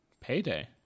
Payday